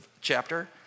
chapter